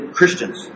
Christians